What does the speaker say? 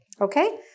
Okay